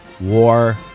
War